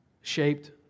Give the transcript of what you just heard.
shaped